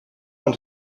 want